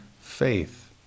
faith